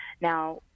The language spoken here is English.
now